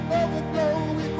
overflow